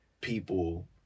people